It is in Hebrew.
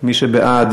מי שבעד